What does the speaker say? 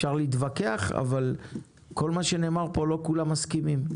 אפשר להתווכח אבל לא כולם מסכימים עם כל מה שנאמר פה.